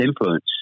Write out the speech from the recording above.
influence